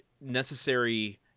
necessary